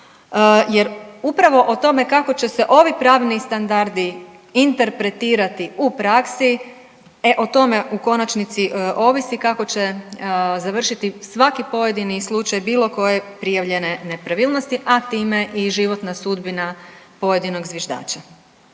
jer upravo o tome kako će se ovi pravni standardi interpretirati u praksi, e o tome u konačnici ovisi kako će završiti svaki pojedini slučaj bilo koje prijavljene nepravilnosti, a time i životna sudbina pojedinog zviždača.